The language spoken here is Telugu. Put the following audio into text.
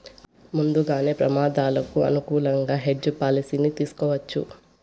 ముందుగానే ప్రమాదాలు అనుకూలంగా హెడ్జ్ పాలసీని తీసుకోవచ్చు